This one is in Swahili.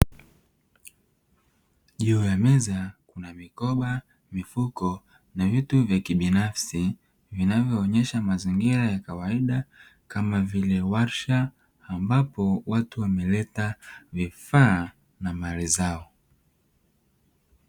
Juu ya meza kuna mikoba, mifuko na vitu vya kibinafsi; vinavyoonyesha mazingira ya kawaida kama vile warsha ambapo watu wameleta vifaa na mali zao.